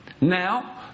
Now